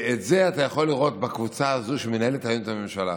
את זה אתה יכול לראות בקבוצה הזאת שמנהלת היום את הממשלה.